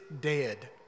dead